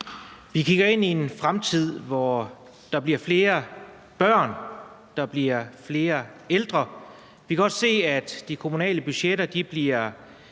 Vi kigger ind i en fremtid, hvor der bliver flere børn, og hvor der bliver flere ældre, og vi kan også se, at de kommunale budgetter bliver